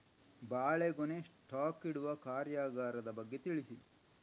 ಬಾಳೆಗೊನೆ ಸ್ಟಾಕ್ ಇಡುವ ಕಾರ್ಯಗಾರದ ಬಗ್ಗೆ ತಿಳಿಸಿ